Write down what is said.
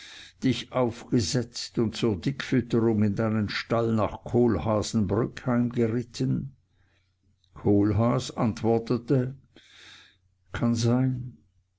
dich aufgesetzt und zur dickfütterung in deinen stall nach kohlhaasenbrück heimgeritten kohlhaas antwortete kann sein